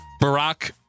Barack